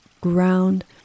ground